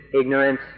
ignorance